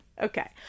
Okay